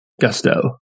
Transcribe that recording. gusto